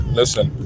listen